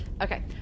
Okay